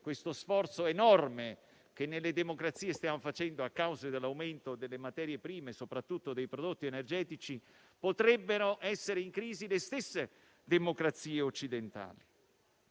lo sforzo enorme che nelle democrazie stiamo facendo a causa dell'aumento delle materie prime e soprattutto dei prodotti energetici, potrebbero entrare in crisi le stesse democrazie occidentali.